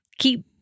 Keep